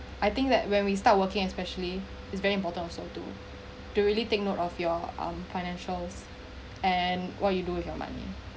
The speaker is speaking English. I think that when we start working especially is very important also to to really take note of your um finances and what you do with your money